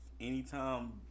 anytime